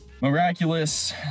Miraculous